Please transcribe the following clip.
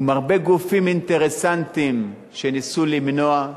עם הרבה גופים אינטרסנטיים שניסו למנוע,